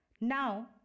Now